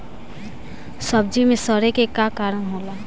सब्जी में सड़े के का कारण होला?